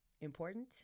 important